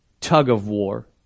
tug-of-war